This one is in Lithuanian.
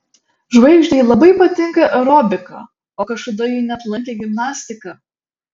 žvaigždei labai patinka aerobika o kažkada ji net lankė gimnastiką